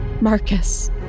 Marcus